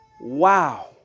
Wow